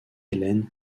ellen